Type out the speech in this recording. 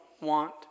want